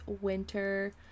winter